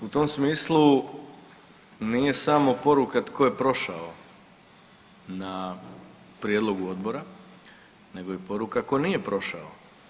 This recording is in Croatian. U tom smislu nije samo poruka tko je prošao na prijedlogu Odbora, nego je poruka tko nije prošao.